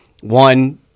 one